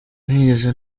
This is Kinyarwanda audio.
nigeze